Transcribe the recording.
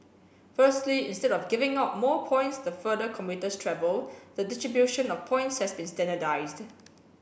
firstly instead of giving out more points the further commuters travel the distribution of points has been standardized